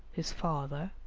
his father,